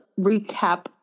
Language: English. recap